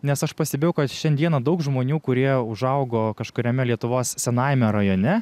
nes aš pastebėjau kad šiandieną daug žmonių kurie užaugo kažkuriame lietuvos senajame rajone